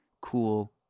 cool